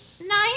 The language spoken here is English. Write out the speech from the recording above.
Nine